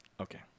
Okay